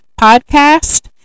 podcast